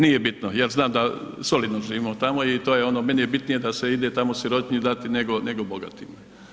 Nije bitno jer znam da solidno živimo tamo i to je ono, meni je bitnije da se ide tamo sirotinji dati nego bogatima.